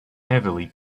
heavily